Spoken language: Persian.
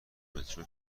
مترو